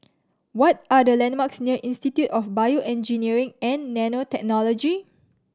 what are the landmarks near Institute of BioEngineering and Nanotechnology